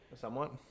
Somewhat